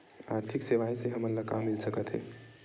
आर्थिक सेवाएं से हमन ला का मिल सकत हे?